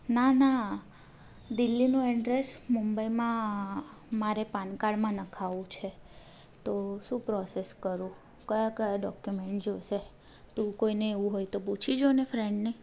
ના ના દિલ્હીનું એડ્રેસ મુંબઈમાં મારે પાનકાર્ડમાં નખાવવું છે તો શું પ્રોસેસ કરું કયા કયા ડોક્યુમેન્ટ જોઈશે તું કોઈને એવું હોય તો પૂછી જો ને ફ્રેન્ડને